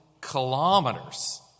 kilometers